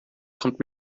kommt